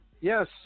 Yes